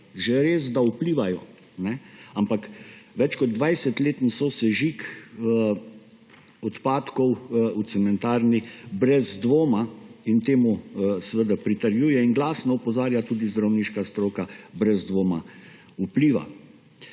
že res, da vplivajo, ampak več kot 20-letni sosežig odpadkov v cementarni brez dvoma – in temu seveda pritrjuje in glasno opozarja tudi zdravniška stroka – brez dvoma vpliva!